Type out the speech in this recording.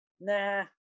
nah